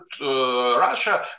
Russia